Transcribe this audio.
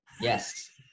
Yes